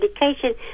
medication